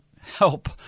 help